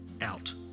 out